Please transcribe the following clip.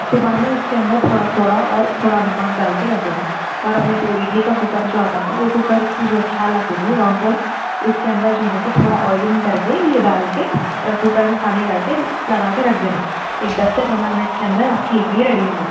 صبح میں اس کے اندر تھوڑا سوڈا اور تھوڑا نمک ڈال کے رکھ دینا اور اپنے کو اڈلی کا کوکر جو آتا نا وہ کوکر جو تھال آتی نہیں راؤنڈ راؤنڈ اس کے اندر جو ہے تھوڑا آئلنگ کرکے یہ ڈال کے کوکر میں پانی ڈال کے لگا کے رکھ دینا ایک دس سے پندرہ منٹ کے اندر آپ کی اڈلی ریڈی ہو جاتی